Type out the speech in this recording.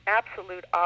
absolute